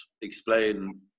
explain